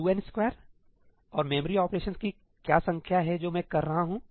2n2 और memory operation कि क्या संख्या है जो मैं कर रहा हूं